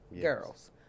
girls